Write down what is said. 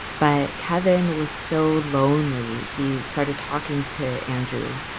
but kevin was so lonely he started talking to andrew.